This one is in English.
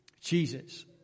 Jesus